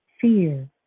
fear